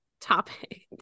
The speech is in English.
topic